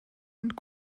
und